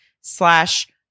slash